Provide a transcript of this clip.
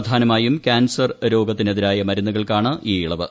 പ്രധാനമായും കാൻസർ രോഗത്തിനെതിരായ മരുന്നുകൾക്കാണ് ഈ ഇളവ്